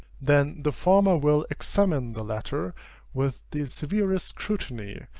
then the former will examine the latter with the severest scrutiny,